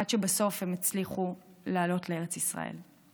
עד שבסוף הם הצליחו לעלות לארץ ישראל.